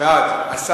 בעד שני החוקים.